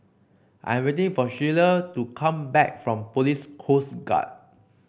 I'm waiting for Shelia to come back from Police Coast Guard